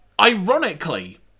ironically